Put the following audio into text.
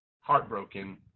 heartbroken